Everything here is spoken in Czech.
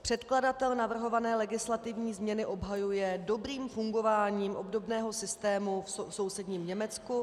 Předkladatel navrhované legislativní změny obhajuje dobrým fungováním obdobného systému v sousedním Německu.